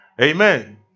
Amen